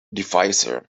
divisor